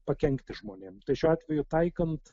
pakenkti žmonėm tai šiuo atveju taikant